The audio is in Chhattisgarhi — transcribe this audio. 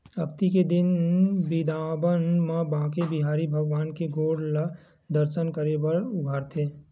अक्ती के दिन बिंदाबन म बाके बिहारी भगवान के गोड़ ल दरसन करे बर उघारथे